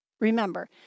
Remember